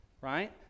right